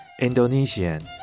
Indonesian